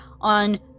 on